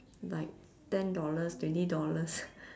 like ten dollars twenty dollars